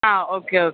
ആ okay okay